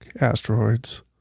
Asteroids